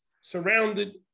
surrounded